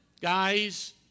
guys